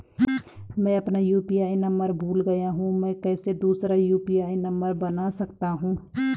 मैं अपना UPI number भूल गया हूँ मैं कैसे दूसरा यु.पी.आई नम्बर बना सकता हूँ?